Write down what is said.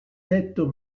detto